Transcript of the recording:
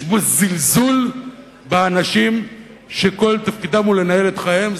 יש בו זלזול באנשים שכל תפקידם הוא לנהל את חייהם,